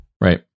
right